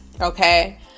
okay